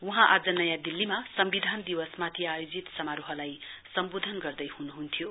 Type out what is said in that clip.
वहाँ आज नयाँ दिल्लीमा सम्विधान दिवसमाथि आयोजित समारोहलाई सम्वोधन गर्दैह्नुह्न्थ्यो